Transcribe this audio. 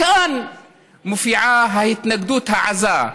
כאן מופיעה ההתנגדות העזה,